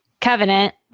covenant